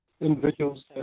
individuals